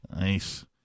Nice